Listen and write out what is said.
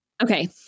Okay